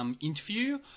interview